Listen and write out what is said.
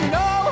no